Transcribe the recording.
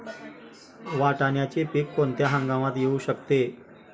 वाटाण्याचे पीक कोणत्या हंगामात येऊ शकते?